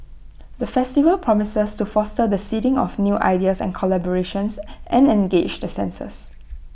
the festival promises to foster the seeding of new ideas and collaborations and engage the senses